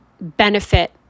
benefit